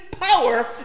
power